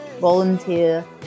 volunteer